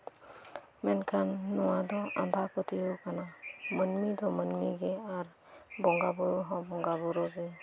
ᱢᱮᱱᱠᱷᱟᱱ ᱱᱚᱣᱟ ᱫᱚ ᱟᱸᱫᱷᱟ ᱯᱟᱹᱛᱭᱟᱹᱣ ᱠᱟᱱᱟ ᱢᱟᱹᱱᱢᱤ ᱫᱚ ᱢᱟᱹᱱᱢᱤ ᱜᱮ ᱟᱨ ᱵᱚᱸᱜᱟ ᱵᱩᱨᱩ ᱦᱚᱸ ᱵᱚᱸᱜᱟ ᱵᱩᱨᱩ ᱜᱮ